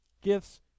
Gifts